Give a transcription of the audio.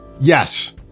Yes